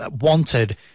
wanted